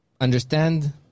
understand